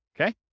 okay